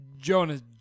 Jonas